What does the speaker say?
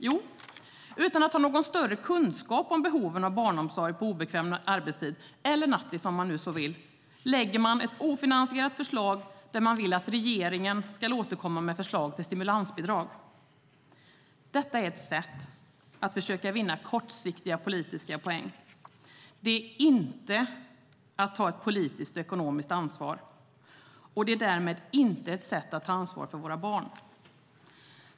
Jo, utan att ha någon större kunskap om behoven av barnomsorg på obekväm arbetstid - eller nattis, om man så vill - lägger man nu fram ett ofinansierat förslag där man vill att regeringen ska återkomma med förslag till stimulansbidrag. Detta är ett sätt att försöka vinna kortsiktiga politiska poäng. Det är inte att ta ett politiskt och ekonomiskt ansvar. Det är därmed inte ett sätt att ta ansvar för våra barn.